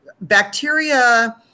bacteria